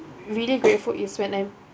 really grateful is when I'm